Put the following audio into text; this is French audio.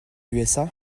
usa